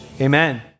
amen